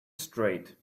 straight